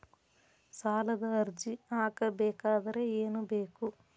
ಸಾಲದ ಅರ್ಜಿ ಹಾಕಬೇಕಾದರೆ ಏನು ಬೇಕು?